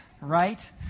right